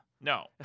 No